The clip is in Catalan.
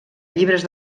llibres